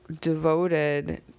devoted